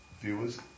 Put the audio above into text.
Viewers